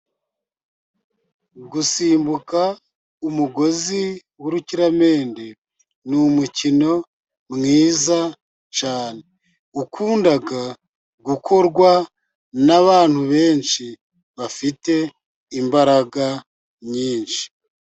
Gusimbuka umugozi w'urukiramende, ni umukino mwiza cyane, ukunda gukorwa n'abantu benshi bafite, imbaraga nyinshi.